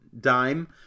dime